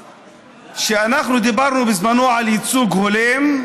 כשאנחנו דיברנו בזמנו על ייצוג הולם,